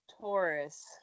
Taurus